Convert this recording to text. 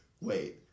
wait